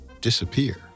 disappear